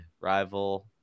rival